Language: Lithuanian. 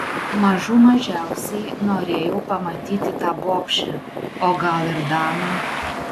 mažų mažiausiai norėjau pamatyti tą bobšę o gal ir daną